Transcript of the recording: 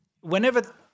Whenever